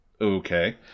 Okay